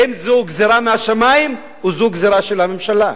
האם זו גזירה משמים או שזו גזירה של הממשלה?